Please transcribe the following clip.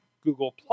Google+